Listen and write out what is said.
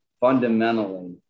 fundamentally